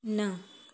न